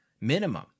minimum